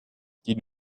die